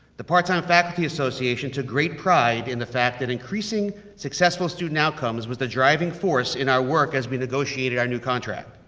the part-time faculty association took great pride in the fact, that increasing successful student outcomes was the driving force in our work, as we negotiated our new contract.